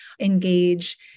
engage